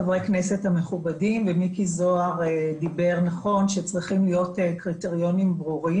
מוצרי קוסמטיקה וחומרי ניקוי אסור על פי חוק ניסויים בבעלי חיים.